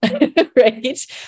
right